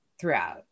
throughout